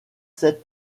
sept